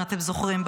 אם אתם זוכרים,